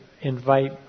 invite